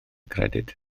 credyd